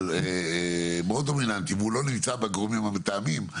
אבל דומיננטי מאוד והוא לא נמצא בגורמים המתאמים,